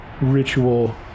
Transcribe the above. ritual